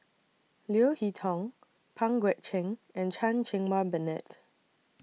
Leo Hee Tong Pang Guek Cheng and Chan Cheng Wah Bernard